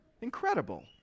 Incredible